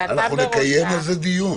ואתה בראשה --- נקיים על זה דיון.